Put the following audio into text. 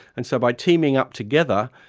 and so by teaming up together,